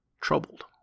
troubled